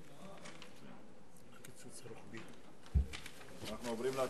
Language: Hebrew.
הקיצוץ הרוחבי במשרדי הממשלה,